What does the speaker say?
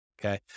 okay